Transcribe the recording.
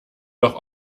doch